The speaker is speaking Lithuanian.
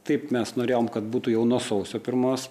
taip mes norėjom kad būtų jau nuo sausio pirmos